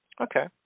Okay